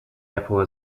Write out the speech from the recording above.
airport